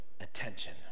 attention